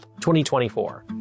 2024